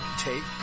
take